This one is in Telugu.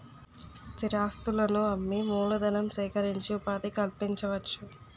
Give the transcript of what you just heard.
స్థిరాస్తులను అమ్మి మూలధనం సేకరించి ఉపాధి కల్పించవచ్చు